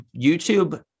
YouTube